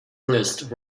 pleased